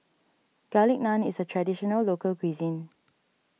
Garlic Naan is a Traditional Local Cuisine